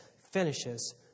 finishes